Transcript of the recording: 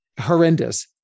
horrendous